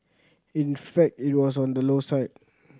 in fact it was on the low side